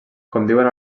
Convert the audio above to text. conviuen